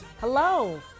Hello